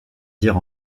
dire